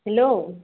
hello